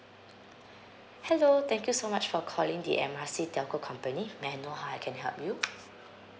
hello thank you so much for calling the M R C telco company may I know how I can help you